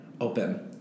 Open